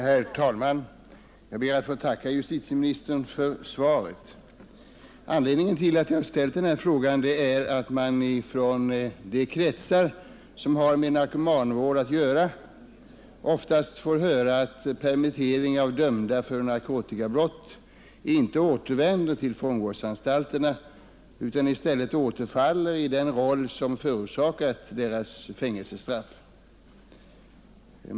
Herr talman! Jag ber att få tacka justitieministern för svaret. Anledningen till att jag ställt denna fråga är att man från de kretsar som har med narkomanvård att göra ofta får höra att för narkotikabrott dömda efter permission inte återvänder till fångvårdsanstalterna, utan i stället återfaller i den roll som förorsakat deras fängelsestraff.